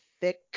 thick